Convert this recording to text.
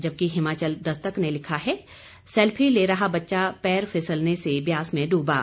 जबकि हिमाचल दस्तक ने लिखा है सेल्फी ले रहा बच्चा पैर फिसलने से ब्यास में डूबा